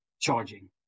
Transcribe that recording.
charging